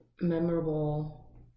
memorable